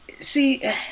See